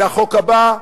זה החוק הבא.